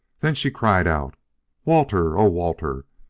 then she cried out walter! oh, walter,